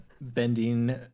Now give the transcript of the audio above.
bending